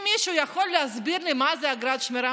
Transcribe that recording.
אם מישהו יכול להסביר לי מה זה אגרת שמירה,